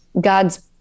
God's